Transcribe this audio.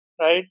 right